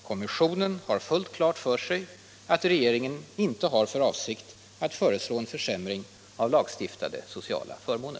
Kommissionen har fullt klart för sig att regeringen inte har för avsikt att föreslå en försämring av lagstiftade sociala förmåner.